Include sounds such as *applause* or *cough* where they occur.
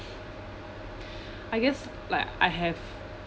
*breath* I guess like I have